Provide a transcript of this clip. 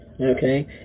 Okay